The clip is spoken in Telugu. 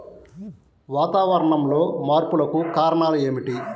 వాతావరణంలో మార్పులకు కారణాలు ఏమిటి?